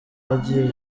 bagiye